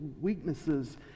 weaknesses